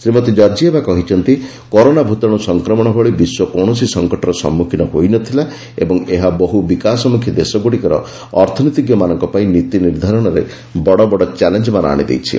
Shrimati Georgieva କହିଛନ୍ତି corona ଭୂତାଣୁ ସଂକ୍ରମଣ ଭଳି ବିଶ୍ୱ କୌଣସି ସଙ୍କଟର ସମ୍ମୁଖୀନ ହୋଇ ନ ଥିଲା ଓ ଏହା ବହୁ ବିକାଶମୁଖୀ ଦେଶଗୁଡ଼ିକର ଅର୍ଥନୀତିଜ୍ଞମାନଙ୍କ ପାଇଁ ନୀତି ନିର୍ଦ୍ଧାରଣରେ ବଡ଼ ବଡ଼ ଚ୍ୟାଲେଞ୍ମାନ ଆଶିଦେଇଛି